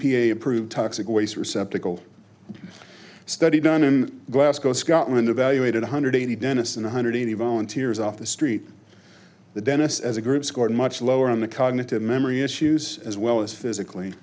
p a approved toxic waste receptacle study done in glasgow scotland evaluated one hundred eighty dennison one hundred eighty volunteers off the street the dentist as a group scored much lower on the cognitive memory issues as well as physically